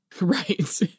Right